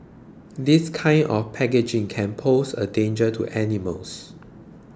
this kind of packaging can pose a danger to animals